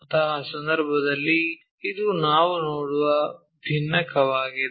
ಅಂತಹ ಸಂದರ್ಭದಲ್ಲಿ ಇದು ನಾವು ನೋಡುವ ಭಿನ್ನಕವಾಗಿದೆ